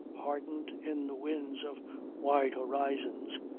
hardened in the winds of wide horizons,